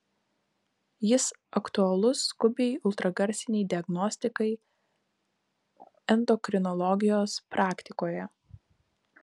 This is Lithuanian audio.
jis aktualus skubiai ultragarsinei diagnostikai endokrinologijos praktikoje